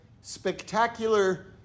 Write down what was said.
spectacular